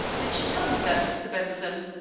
did you tell him that, mr. benson?